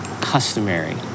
customary